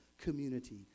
community